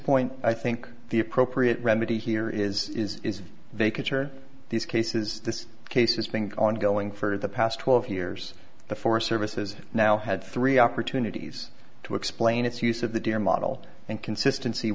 point i think the appropriate remedy here is is they can turn these cases this case is being ongoing for the past twelve years the four services now had three opportunities to explain its use of the deer model and consistency